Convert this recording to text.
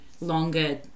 longer